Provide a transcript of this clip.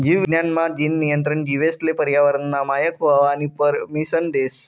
जीव विज्ञान मा, जीन नियंत्रण जीवेसले पर्यावरनना मायक व्हवानी परमिसन देस